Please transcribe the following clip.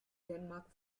denmark